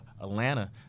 Atlanta